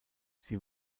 sie